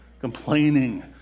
complaining